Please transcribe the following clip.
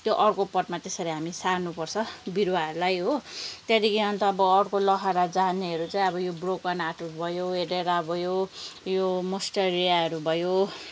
त्यो अर्को पटमा त्यसरी हामी सार्नुपर्छ बिरुवाहरूलाई हो त्यहाँदेखि अन्त अब अर्को लहरा जानेहरू चाहिँ अब यो ब्रोकन हार्टहरू भयो एडेरा भयो यो मोन्स्टेरियाहरू भयो